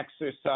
exercise